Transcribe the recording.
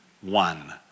one